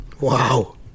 wow